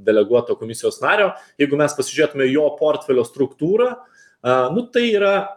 deleguoto komisijos nario jeigu mes pasižiūrėtume į jo portfelio struktūrą nu tai yra